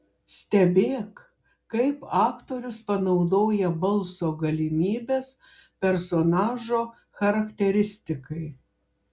stebėk kaip aktorius panaudoja balso galimybes personažo charakteristikai